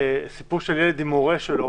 סיפור של ילד עם ההורה שלו,